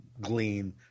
glean